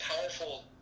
powerful